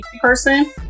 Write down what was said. Person